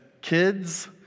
kids